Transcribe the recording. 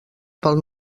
pel